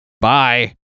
bye